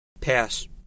Pass